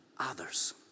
Others